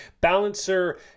Balancer